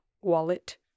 wallet